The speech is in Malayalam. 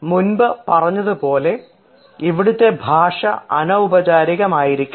മുമ്പ് പറഞ്ഞതുപോലെ ഇവിടുത്തെ ഭാഷ അനൌപചാരികമായിരിക്കണം